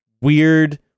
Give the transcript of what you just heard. weird